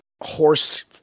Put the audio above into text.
horse